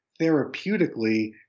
therapeutically